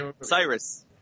Cyrus